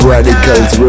Radicals